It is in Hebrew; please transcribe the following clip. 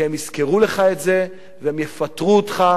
כי הם יזכרו לך את זה והם יפטרו אותך